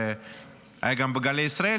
והיה גם בגלי ישראל,